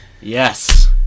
yes